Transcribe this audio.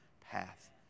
path